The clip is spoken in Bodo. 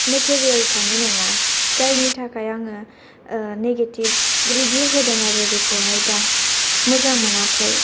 मेटेरियेल्स यानो नङा जायनि थाखाय आङो नेगेटिभ रिभिउ होदों आरो बिखौहाय दा मोजां मोनाखै